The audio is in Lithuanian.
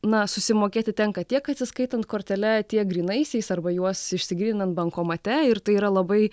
na susimokėti tenka tiek atsiskaitant kortele tiek grynaisiais arba juos išsigrynint bankomate ir tai yra labai